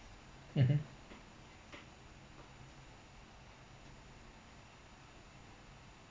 mmhmm